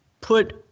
put